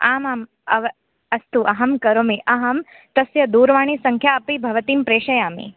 आम् आम् अव अस्तु अहं करोमि अहं तस्य दूरवाणी सङ्ख्याम् अपि भवतीं प्रेषयामि